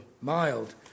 mild